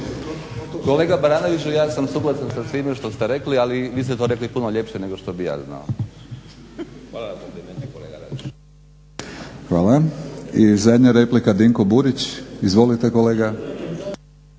Hvala. Sljedeća replika, Dinko Burić. Izvolite kolega.